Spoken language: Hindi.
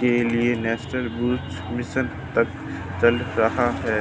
के लिए नेशनल बैम्बू मिशन तक चल रहा है